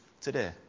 today